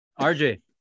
RJ